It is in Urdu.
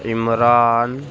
عمران